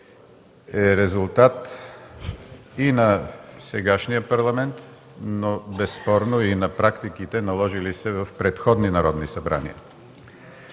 е резултат и на сегашния Парламент, но безспорно и на практиките, наложили се в предходни народни събрания.